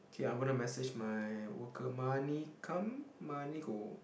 okay I'm gonna message my worker money come money go